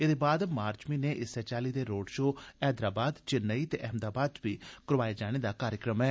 एह्दे बाद मार्च म्हीने इस्सै चाल्ली दे रोड शो हैदराबाद चिन्नेई ते अहमदाबाद च करोआने दा बी कार्यक्रम ऐ